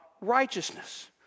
righteousness